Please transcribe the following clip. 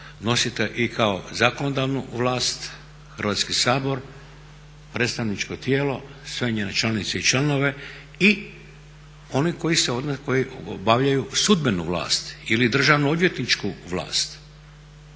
nositelj i kao zakonodavnu vlast Hrvatski sabor predstavničko tijelo, sve njene članice i članove i oni koji obavljaju sudbenu vlast ili državno odvjetničku vlast,